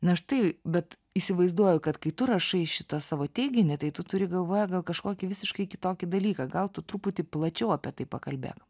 na štai bet įsivaizduoju kad kai tu rašai šitą savo teiginį tai tu turi galvoje gal kažkokį visiškai kitokį dalyką gal tu truputį plačiau apie tai pakalbėk